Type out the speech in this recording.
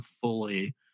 fully